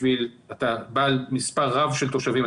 אתה בעל מספר רב של תושבים,